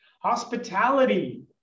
hospitality